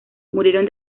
murieron